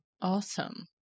Awesome